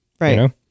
right